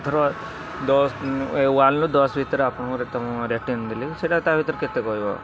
ଧର ୱାନ୍ରୁ ଦଶ ଭିତରେ ଆପଣଙ୍କର ରେଟିଂ ଦେଲି ସେଇଟା ତା' ଭିତରୁ କେତେ କହିବ